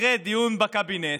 אחרי דיון בקבינט.